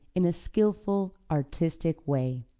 in a skillful, artistic way.